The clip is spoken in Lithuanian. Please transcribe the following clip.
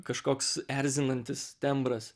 kažkoks erzinantis tembras